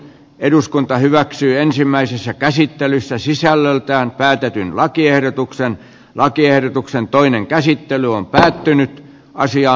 eduskunta hyväksyi ensimmäisessä käsittelyssä sisällöltään päätetyn lakiehdotuksen lakiehdotuksen toinen käsittely on päättynyt naisia